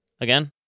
again